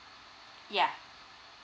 yeah